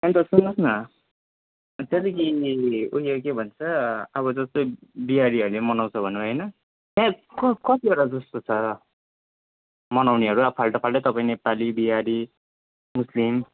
अन्त सुन्नुहोस् न त्यहाँदेखि उयो के भन्छ अब जस्तै बिहारीहरूले मनाउँछ भन्नुभयो होइन त्यहाँ क कतिवटा जस्तो छ मनाउनेहरू अब फाल्टै फाल्टै अब तपाईँ नेपाली बिहारी मुस्लिम